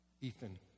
Ethan